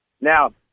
Now